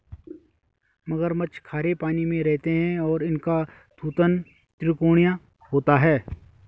मगरमच्छ खारे पानी में रहते हैं और इनका थूथन त्रिकोणीय होता है